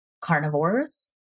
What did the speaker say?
carnivores